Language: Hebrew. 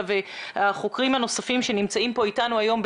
ושל החוקרים הנוספים שנמצאים כאן אתנו היום,